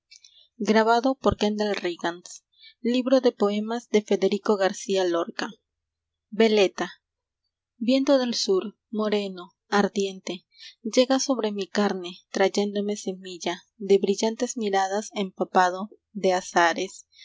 nacional de españa ien to del sur v moreno ardiente llegas sobre mi carne trayéndome semilla de brillantes miradas empapado de azahares